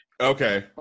Okay